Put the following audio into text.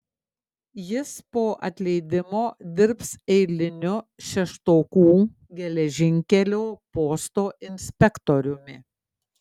jis po atleidimo dirbs eiliniu šeštokų geležinkelio posto inspektoriumi